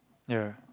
ya